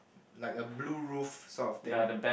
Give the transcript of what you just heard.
like a blue roof sort of thing